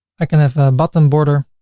i can have button border,